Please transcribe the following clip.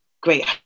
Great